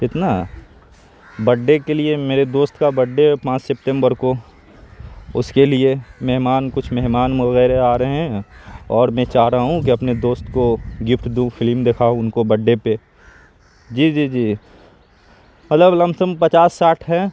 کتنا ہے بڈے کے لیے میرے دوست کا بڈے پانچ سپتمبر کو اس کے لیے مہمان کچھ مہمان وغیرہ آ رہے ہیں اور میں چاہ رہا ہوں کہ اپنے دوست کو گفٹ دوں ان کو فلم دکھاؤں ان کو بڈے پہ جی جی جی مطلب لم سم پچاس ساٹھ ہیں